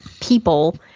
People